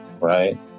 right